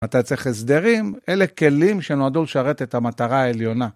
אתה צריך הסדרים. אלה כלים שנועדו לשרת את המטרה העליונה.